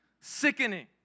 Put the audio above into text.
sickening